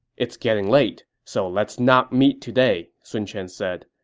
it's getting late, so let's not meet today, sun quan said.